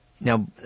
Now